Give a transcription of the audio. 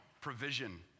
provision